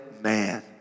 man